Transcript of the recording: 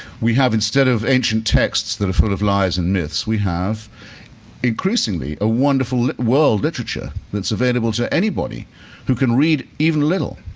we have instead of ancient texts that are full of lies and myths, we have increasingly a wonderful world literature that's available to anybody who can read even a little